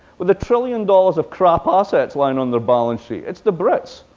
with a trillion dollars of crap assets lying on their balance sheet. it's the brits,